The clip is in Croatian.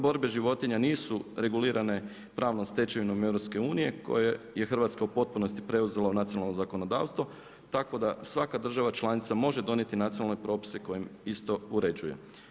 Borbe životinja nisu regulirane pravnom stečevinom EU koje je Hrvatska u potpunosti preuzela u nacionalno zakonodavstvo tako da svaka država članica može donijeti nacionalne propise kojim isto uređuje.